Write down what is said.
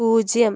പൂജ്യം